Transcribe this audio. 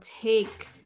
take